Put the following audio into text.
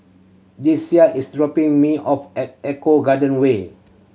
Deasia is dropping me off at Eco Garden Way